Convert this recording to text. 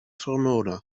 tráthnóna